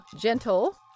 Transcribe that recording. gentle